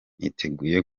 niteguye